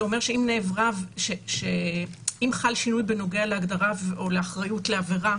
שאומר שאם חל שינוי בהגדרה או באחריות לעברה